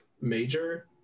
major